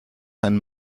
einem